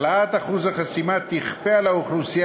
העלאת אחוז החסימה תכפה על האוכלוסייה